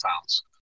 pounds